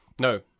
no